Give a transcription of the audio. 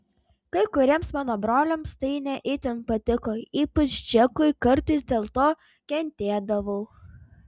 kai kuriems mano broliams tai ne itin patiko ypač džekui kartais dėl to kentėdavau